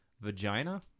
Vagina